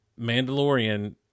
Mandalorian